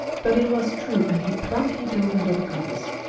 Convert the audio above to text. but it was true and he promptly dove under the covers.